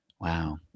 Wow